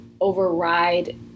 override